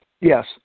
yes